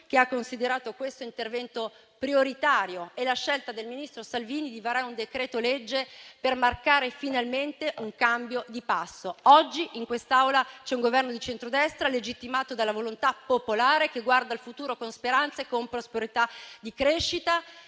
che ha considerato questo intervento prioritario e la scelta del ministro Salvini di varare un decreto-legge per marcare finalmente un cambio di passo. Oggi, in quest'Aula, c'è un Governo di centrodestra legittimato dalla volontà popolare, che guarda al futuro con speranza e con prosperità di crescita